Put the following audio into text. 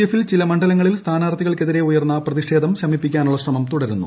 എഫിൽ ചില മണ്ഡലങ്ങളിൽ സ്ഥാനാർത്ഥികൾക്കെതിരെ ഉയർന്ന പ്രതിഷേധം ശമിപ്പിക്കാനുള്ള ശ്രമം തുടരുന്നു